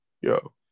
yo